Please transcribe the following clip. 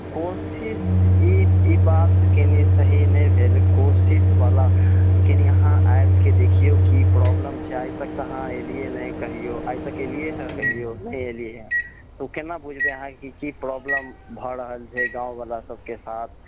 कोशिश ई ई बात केने सही नहि भेल कोशिशबला कनि अहाँ आबिके देखिऔ की कि प्रॉब्लम छै आइ तक तऽ अहाँ एलियै नहि कहिऔ आइ तक एलियै है कहिऔ नहि एलियै हँ तऽ केना बुझबे अहाँ की कि प्रॉब्लम भऽ रहल छै गाँवबला सभके साथ